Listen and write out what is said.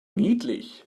niedlich